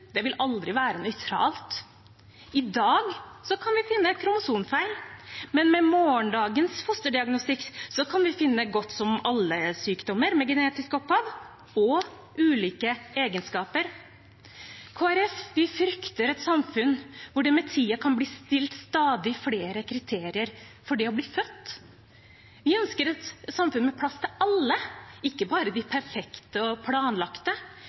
vil være nøytralt. I dag kan vi finne kromosomfeil, men med morgendagens fosterdiagnostikk kan vi finne så godt som alle sykdommer med genetisk opphav, og ulike egenskaper. Vi i Kristelig Folkeparti frykter et samfunn hvor det med tiden kan bli stilt stadig flere kriterier for det å bli født. Vi ønsker et samfunn med plass til alle, ikke bare de perfekte og planlagte,